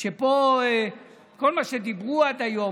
שכל מה שדיברו עד היום,